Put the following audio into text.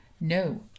No